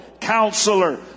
Counselor